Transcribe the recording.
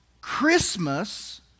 Christmas